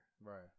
Right